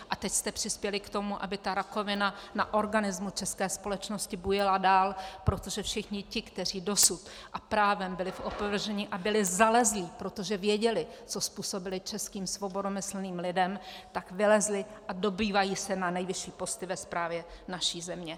A teď jste přispěli k tomu, aby ta rakovina na organismu české společnosti bujela dál, protože všichni ti, kteří dosud, a právem, byli v opovržení a byli zalezlí, protože věděli, co způsobili českým svobodomyslným lidem, tak vylezli a dobývají se na nejvyšší posty ve správě naší země.